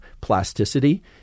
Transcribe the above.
plasticity